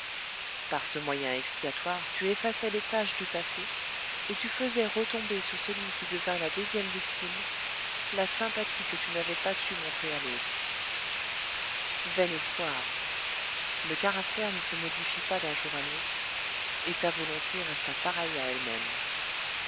par ce moyen expiatoire tu effaçais les taches du passé et tu faisais retomber sur celui qui devint la deuxième victime la sympathie que tu n'avais pas su montrer à l'autre vain espoir le caractère ne se modifie pas d'un jour à l'autre et ta volonté resta pareille à elle-même